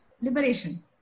liberation